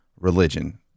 religion